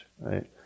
Right